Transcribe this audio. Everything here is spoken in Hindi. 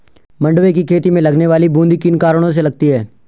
मंडुवे की खेती में लगने वाली बूंदी किन कारणों से लगती है?